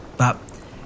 but